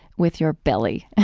with your belly.